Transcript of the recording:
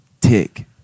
tick